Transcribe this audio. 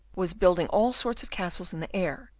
was building all sorts of castles in the air,